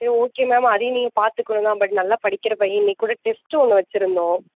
சரி okay ma'am அதையும் நீங்கள் பார்த்துக்கணும் தான் பட் நல்லா படிக்கிற பையன் இன்றைக்கி கூட டெஸ்ட் ஒன்று வச்சுருந்தோம்